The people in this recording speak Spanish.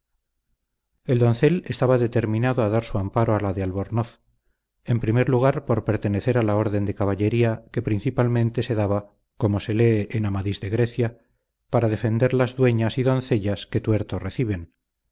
el doncel estaba determinado a dar su amparo a la de albornoz en primer lugar por pertenecer a la orden de caballería que principalmente se daba como se lee en amadís de grecia para defender las dueñas y doncellas que tuerto reciben